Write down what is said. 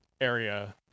area